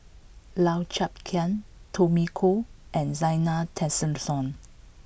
Lau Chiap Khai Tommy Koh and Zena Tessensohn